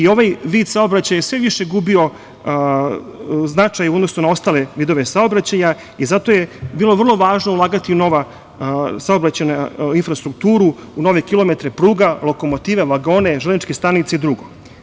Ovaj vid saobraćaja je sve više gubio značaj u odnosu na ostale vidove saobraćaja i zato je bilo vrlo važno ulagati u novu saobraćajnu infrastrukturu, u nove kilometre pruga, lokomotive, vagone, železničke stanice i drugo.